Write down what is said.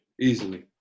easily